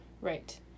Right